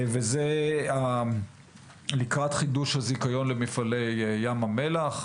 וזה לקראת חידוש הזיכיון למפעלי ים המלח.